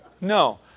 No